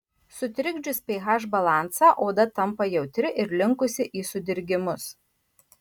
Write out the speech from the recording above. sutrikdžius ph balansą oda tampa jautri ir linkusi į sudirgimus